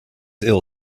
ill